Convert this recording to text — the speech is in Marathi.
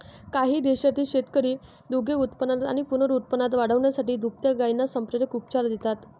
काही देशांतील शेतकरी दुग्धोत्पादन आणि पुनरुत्पादन वाढवण्यासाठी दुभत्या गायींना संप्रेरक उपचार देतात